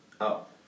up